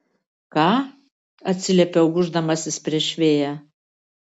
ką atsiliepiau gūždamasis prieš vėją